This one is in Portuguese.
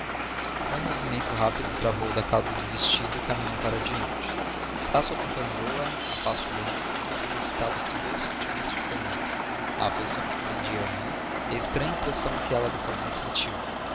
com um movimento rápido travou da cauda do vestido e caminhou para diante estácio acompanhou-a a passo lento como solicitado por dois sentimentos diferentes a afeição que o prendia à irmã e a estranha impressão que ela lhe fazia sentir